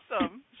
Awesome